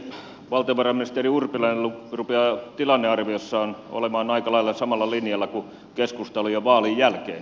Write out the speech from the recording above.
valtiovarainministeri urpilainen rupeaa tilannearviossaan olemaan aika lailla samalla linjalla kuin keskusta oli jo vaalien jälkeen